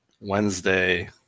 Wednesday